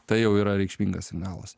tai jau yra reikšmingas finalas